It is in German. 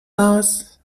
aus